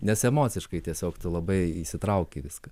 nes emociškai tiesiog tu labai įsitrauki į viską